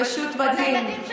פשוט מדהים.